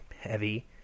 heavy